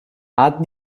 add